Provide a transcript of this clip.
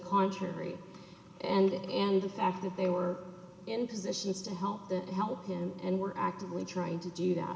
contrary and and the fact that they were in positions to help that help him and were actively trying to do that